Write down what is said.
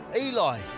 Eli